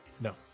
No